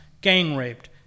gang-raped